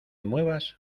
muevas